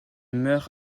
meurt